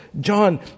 John